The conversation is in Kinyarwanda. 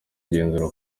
igenzura